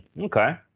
Okay